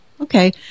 Okay